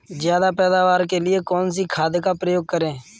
ज्यादा पैदावार के लिए कौन सी खाद का प्रयोग करें?